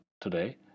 today